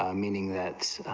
um meaning that